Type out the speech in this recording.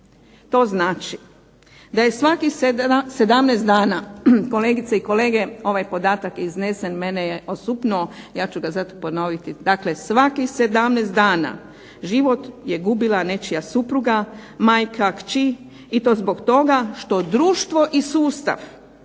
to znači da je svakih 17 dana, kolegice i kolege ovaj podatak iznesen mene je osupnuo, dakle ja ću ga ponoviti. Dakle, svakih 17 dana život je gubila nečija supruga, majka, kći, i to zbog toga što društvo i sustav